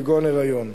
כגון היריון,